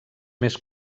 més